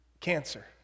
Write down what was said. cancer